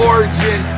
Origin